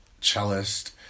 cellist